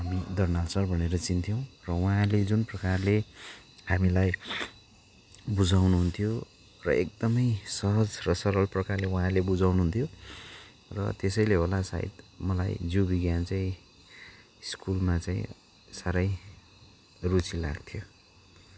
हामी दर्नाल सर भनेर चिन्थ्यौँ र उहाँले जुन प्रकारले हामीलाई बुझाउनुहुन्थ्यो र एकदमै सहज र सरल प्रकारले उहाँले बुझाउनुहुन्थ्यो र त्यसैले होला सायद मलाई जीव बिज्ञान चाहिँ स्कुलमा चाहिँ साह्रै रुचि लाग्थ्यो